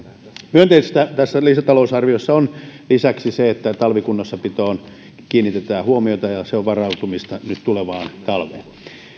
myönteistä tässä lisätalousarviossa on lisäksi se että talvikunnossapitoon kiinnitetään huomiota ja se on varautumista nyt tulevaan talveen